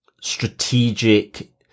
strategic